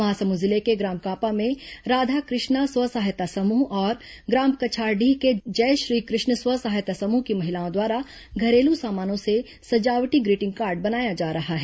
महासमुंद जिले के ग्राम कांपा में राधाकृष्णा स्व सहायता समूह और ग्राम कछारडीह के जय श्री कृष्ण स्व सहायता समूह की महिलाओं द्वारा घरेलू सामानों से सजावटी ग्रीटिंग कार्ड बनाया जा रहा है